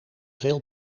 veel